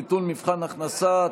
ביטול מבחן הכנסה),